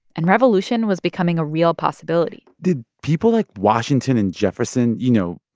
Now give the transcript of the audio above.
and revolution was becoming a real possibility did people like washington and jefferson you know,